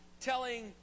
telling